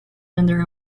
under